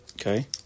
Okay